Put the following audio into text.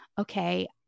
okay